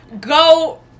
go